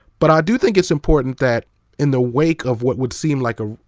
but i do think it's important that in the wake of what would seem like a,